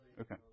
Okay